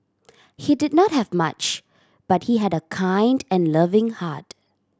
he did not have much but he had a kind and loving heart